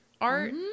art